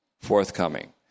forthcoming